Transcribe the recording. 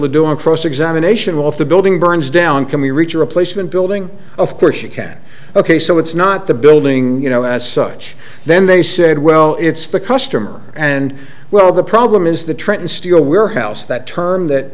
on cross examination off the building burns down can reach a replacement building of course you can ok so it's not the building you know as such then they said well it's the customer and well the problem is the trenton steel warehouse that term that